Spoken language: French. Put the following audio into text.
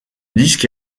disque